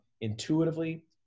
intuitively